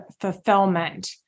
fulfillment